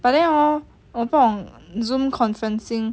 but then hor 我不懂 Zoom conferencing